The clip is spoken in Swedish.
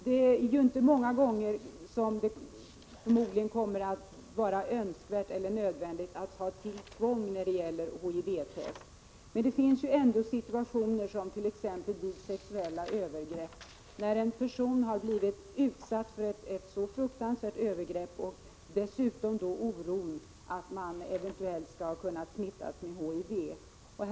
Det kommer förmodligen inte att hända ofta att det blir önskvärt eller nödvändigt att ta till tvång när det gäller HIV-test. Men det finns ändå situationer, t.ex. vid sexuella övergrepp, när en person har blivit utsatt för ett fruktansvärt övergrepp och dessutom måste hysa oro för att eventuellt ha blivit smittad med HIV.